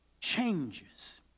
changes